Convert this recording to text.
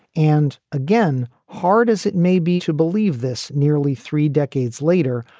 and again, hard as it may be to believe this. nearly three decades later,